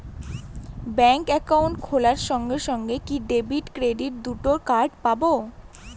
Bank account খোলার সঙ্গে সঙ্গে কি ডেবিট ক্রেডিট দুটো কার্ড পাবো?